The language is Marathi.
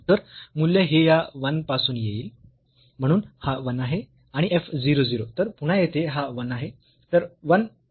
तर मूल्य हे या 1 पासून येईल म्हणून हा 1 आहे आणि f 0 0 तर पुन्हा येथे हा 1 आहे